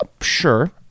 sure